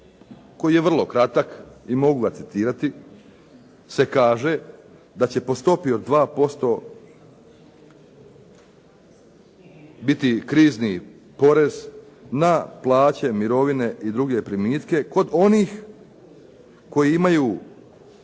koji je vrlo kratak i mogu ga citirati se kaže da će po stopi od 2% biti krizni porez na plaće, mirovine i druge primitke kod onih koji imaju